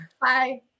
Bye